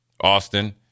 Austin